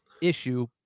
issue